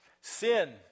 Sin